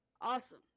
awesome